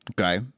Okay